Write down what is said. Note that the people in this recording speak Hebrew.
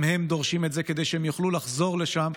גם הם דורשים את זה כדי שהם יוכלו לחזור לשם.